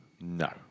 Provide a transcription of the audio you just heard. No